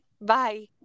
Bye